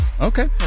Okay